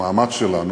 המאמץ שלנו,